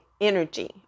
energy